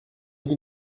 nuit